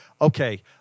okay